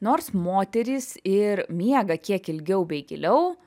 nors moterys ir miega kiek ilgiau bei giliau